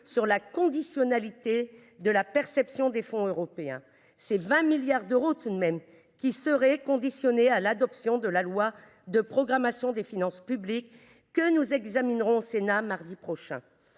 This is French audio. sur la condition posée pour percevoir des fonds européens. Près de 20 milliards d’euros – tout de même !– seraient conditionnés à l’adoption du projet de loi de programmation des finances publiques, que nous examinerons au Sénat mardi prochain.